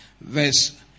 verse